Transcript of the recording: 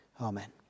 Amen